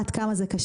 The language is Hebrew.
בשולחן,